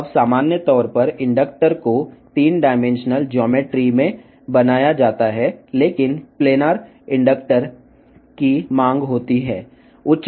ఇప్పుడు సాధారణంగా ప్రేరకాలు త్రిమితీయ జ్యామితిలో తయారు చేయబడతాయి కాని ప్లానార్ ఇండక్టర్ యొక్క డిమాండ్లు ఉన్నాయి